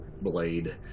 blade